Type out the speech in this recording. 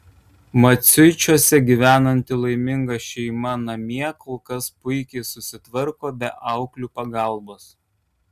maciuičiuose gyvenanti laiminga šeima namie kol kas puikiai susitvarko be auklių pagalbos